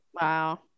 wow